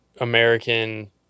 American